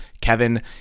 Kevin